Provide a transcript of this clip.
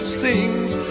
sings